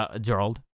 Gerald